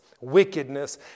wickedness